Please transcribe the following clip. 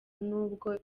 nubwo